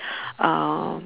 um